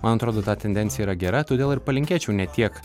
man atrodo ta tendencija yra gera todėl ir palinkėčiau ne tiek